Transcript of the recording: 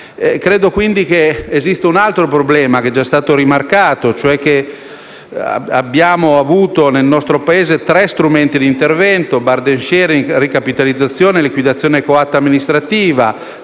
Credo, quindi, che esista un altro problema, che è già stato rimarcato. Nel nostro Paese abbiamo avuto tre strumenti di intervento: *burden sharing*, ricapitalizzazione e liquidazione coatta amministrativa.